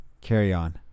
carry-on